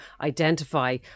identify